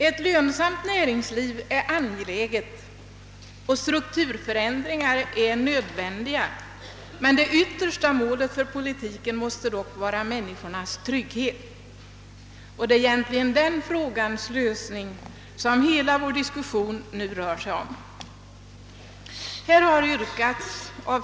Ett lönsamt näringsliv är angeläget och strukturförändringar är nödvändiga, men det yttersta målet för politiken måste dock vara människornas trygghet, och det är egentligen den frågans lösning som hela vår diskussion nu rör sig om.